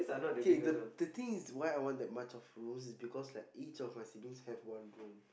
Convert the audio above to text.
K the the thing is why I want that much of rooms is because that each of my siblings have one room